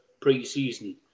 pre-season